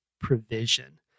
provision